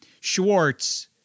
Schwartz